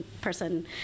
person